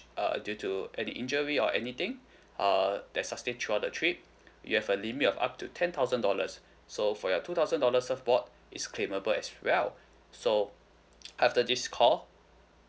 uh due to any injury or anything uh that's sustain throughout the trip you have a limit of up to ten thousand dollars so for your two thousand dollars surfboard is claimable as well so after this call